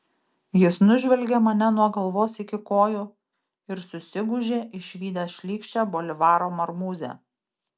jis nužvelgė mane nuo galvos iki kojų ir susigūžė išvydęs šlykščią bolivaro marmūzę